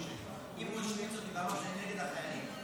אם הוא השמיץ אותי ואמר שזה נגד החיילים,